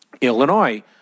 Illinois